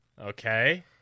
Okay